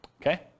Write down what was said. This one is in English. okay